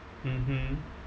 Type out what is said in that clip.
mmhmm